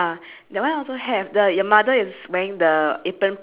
mine also no then mine is blue colour store like that